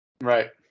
Right